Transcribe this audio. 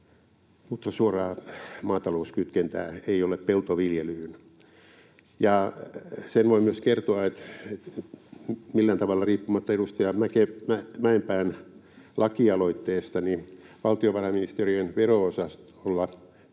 mutta suoraa maatalouskytkentää ei ole peltoviljelyyn. Sen voin myös kertoa, että millään tavalla riippumatta edustaja Mäenpään lakialoitteesta on valtiovarainministeriön vero-osastolla